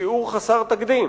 בשיעור חסר תקדים,